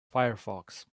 firefox